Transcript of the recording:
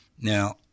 Now